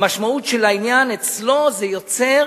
המשמעות של העניין, אצלו זה יוצר,